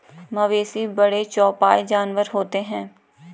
मवेशी बड़े चौपाई जानवर होते हैं